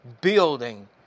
building